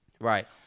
Right